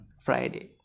Friday